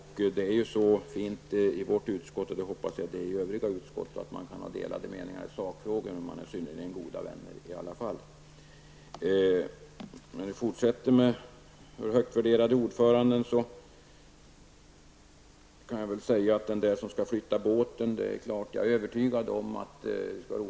I vårt utskott är det ju så fint -- och jag hoppas att det är på samma sätt i övriga utskott -- att man kan vara synnerligen god vän, trots att man har delade meningar i sakfrågor. Jag kan fortsätta att vända mig till vår högt värderade ordförande med anledning av vad han sade om den där personen som måste flytta båten.